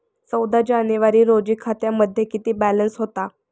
चौदा जानेवारी रोजी खात्यामध्ये किती बॅलन्स होता?